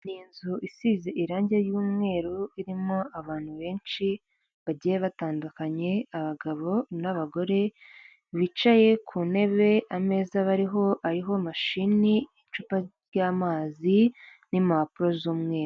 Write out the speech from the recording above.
Ni inzu isize irange ry'umweru irimo abantu benshi bagiye batandukanye abagabo n'abagore, bicaye ku ntebe ameza bariho hariho mashini icupa ry'amazi, n'impapuro z'umweru.